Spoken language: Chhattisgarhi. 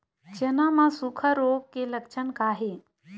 चना म सुखा रोग के लक्षण का हे?